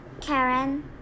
Karen